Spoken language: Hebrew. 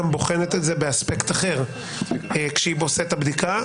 בוחנת את זה באספקט אחר כשהיא עושה את הבדיקה.